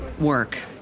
work